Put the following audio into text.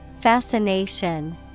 Fascination